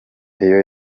iyo